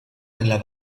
nella